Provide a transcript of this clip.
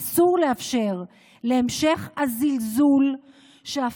אסור לאפשר להמשך הזלזול בשוטרים ובשוטרות,